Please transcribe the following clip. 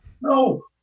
No